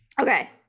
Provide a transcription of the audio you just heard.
okay